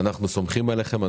אנחנו סומכים עליכם.